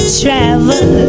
travel